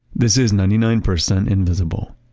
this is ninety nine percent invisible.